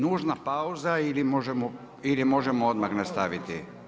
Nužna pauza ili možemo odmah nastaviti?